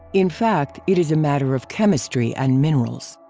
in fact, it is a matter of chemistry and minerals.